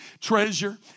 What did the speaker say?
treasure